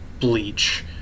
bleach